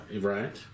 Right